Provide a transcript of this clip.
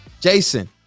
Jason